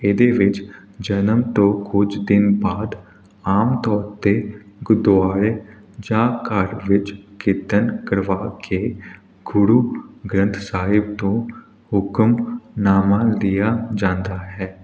ਇਹਦੇ ਵਿੱਚ ਜਨਮ ਤੋਂ ਕੁਝ ਦਿਨ ਬਾਅਦ ਆਮ ਤੌਰ 'ਤੇ ਗੁਰਦੁਆਰੇ ਜਾਂ ਘਰ ਵਿੱਚ ਕੀਰਤਨ ਕਰਵਾ ਕੇ ਗੁਰੂ ਗ੍ਰੰਥ ਸਾਹਿਬ ਤੋਂ ਹੁਕਮਨਾਮਾ ਲਿਆ ਜਾਂਦਾ ਹੈ